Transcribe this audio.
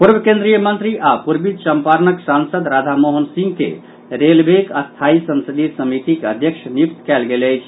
पूर्व केन्द्रीय मंत्री आओर पूर्वी चम्पारणक सांसद राधामोहन सिंह के रेलवेक स्थायी संसदीय समितिक अध्यक्ष नियुक्त कयल गेल अछि